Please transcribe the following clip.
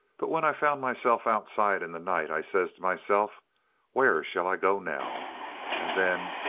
but when i found myself outside in the night, i says to myself where shall i go now and then,